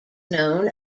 known